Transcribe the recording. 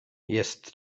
jest